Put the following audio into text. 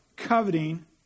coveting